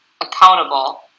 accountable